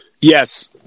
Yes